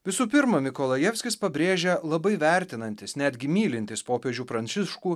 visų pirma mikolajevskis pabrėžia labai vertinantis netgi mylintis popiežių pranciškų